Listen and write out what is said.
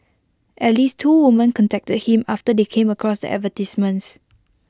at least two women contacted him after they came across the advertisements